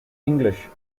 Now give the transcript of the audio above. english